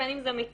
בין אם זה מיטות,